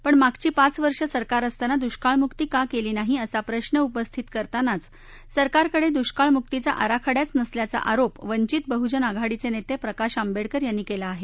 पण मागची पाच वर्ष सरकार असताना दुष्काळमुक्ती का केली नाही असा प्रश्र उपस्थित करतानाच सरकारकडे दुष्काळमुकीचा आराखडाच नसल्याचा आरोप वंचित बहुनज आघाडीचे नेते प्रकाश आंबेडकर यांनी केला आहे